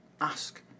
Ask